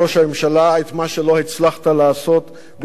את מה שלא הצלחת לעשות בשלוש שנים וחצי,